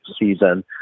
season